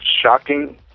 shocking